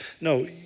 No